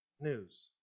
news